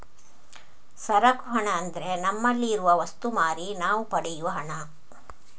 ಸರಕು ಹಣ ಅಂದ್ರೆ ನಮ್ಮಲ್ಲಿ ಇರುವ ವಸ್ತು ಮಾರಿ ನಾವು ಪಡೆಯುವ ಹಣ